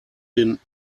den